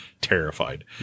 terrified